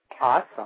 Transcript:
awesome